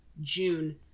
June